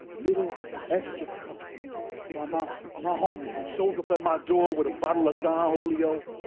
little extra cup by my my homie who shows up at my door with a bottle of dom oleo,